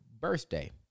birthday